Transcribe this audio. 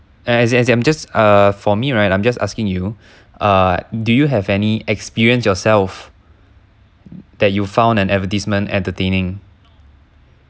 as in as in I'm just uh for me right I'm just asking you uh do you have any experience yourself that you found an advertisement entertaining